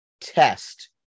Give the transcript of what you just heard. test